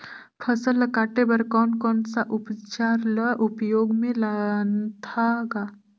फसल ल काटे बर कौन कौन सा अउजार ल उपयोग में लानथा गा